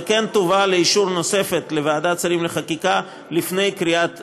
ותובא לאישור נוסף לוועדת השרים לחקיקה לפני קריאה ראשונה.